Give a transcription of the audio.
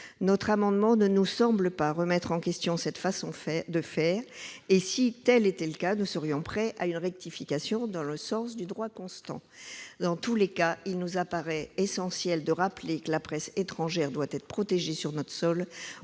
Cet amendement ne nous semble pas remettre en question cette façon de faire ; et si tel était le cas, nous serions prêts à le rectifier dans le sens du droit constant. En tout état de cause, il nous paraît essentiel de rappeler que la presse étrangère doit être protégée sur notre sol